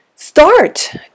start